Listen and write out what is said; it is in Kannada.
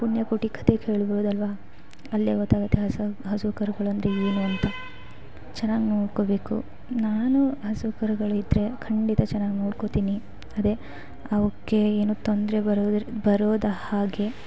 ಪುಣ್ಯಕೋಟಿ ಕಥೆ ಕೇಳಿರ್ಬೋದಲ್ವಾ ಅಲ್ಲೇ ಗೊತ್ತಾಗುತ್ತೆ ಹಸು ಹಸು ಕರುಗಳಂದ್ರೆ ಏನು ಅಂತ ಚೆನ್ನಾಗಿ ನೋಡ್ಕೋಬೇಕು ನಾನು ಹಸು ಕರುಗಳಿದ್ದರೆ ಖಂಡಿತ ಚೆನ್ನಾಗಿ ನೋಡ್ಕೋತೀನಿ ಅದೇ ಅವಕ್ಕೆ ಏನು ತೊಂದರೆ ಬರೊದ್ರ ಬರದ ಹಾಗೆ